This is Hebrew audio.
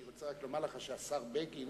אני רוצה רק לומר לך שהשר בגין